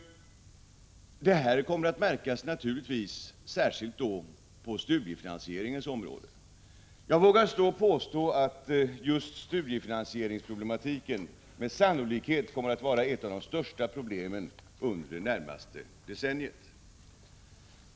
Detta kommer naturligtvis särskilt att märkas på studiefinansieringens område. Jag vågar påstå att just studiefinansieringsproblematiken sannolikt kommer att vara ett av de största problemen under det närmaste decenniet.